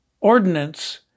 ordinance